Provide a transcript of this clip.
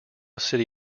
city